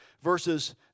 verses